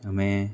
અમે